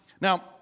Now